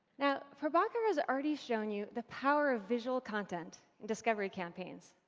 now prabhakar has already shown you the power of visual content in discovery campaigns,